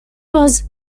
was